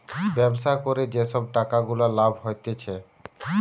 ব্যবসা করে যে সব টাকা গুলা লাভ হতিছে